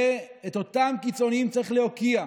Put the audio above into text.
ואת אותם קיצונים צריך להוקיע,